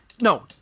No